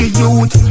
youth